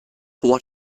what